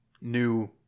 new